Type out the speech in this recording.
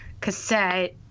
cassette